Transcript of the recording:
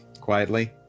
Quietly